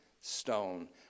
stone